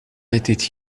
était